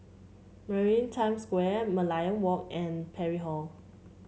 Maritime Square Merlion Walk and Parry Hall